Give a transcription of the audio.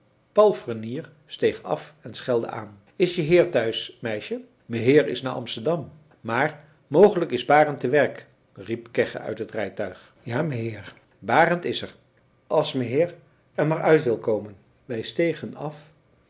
palfrenier steeg af en schelde aan is je heer thuis meisje meheer is na amsterdam maar mogelijk is barend te werk riep kegge uit het rijtuig ja meheer barend is er as meheer er maar uit wil komen wij stegen af